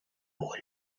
wool